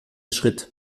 schritt